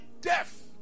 death